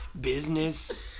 business